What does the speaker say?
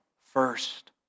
first